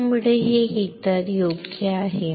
त्यामुळे हे हीटर योग्य आहे